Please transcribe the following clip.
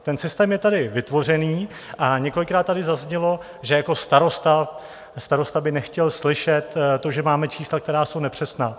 Ten systém je tady vytvořený a několikrát tady zaznělo, že jako starosta by nechtěl slyšet to, že máme čísla, která jsou nepřesná.